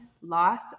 loss